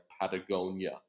Patagonia